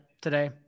today